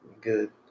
good